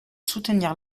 soutenir